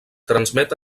transmet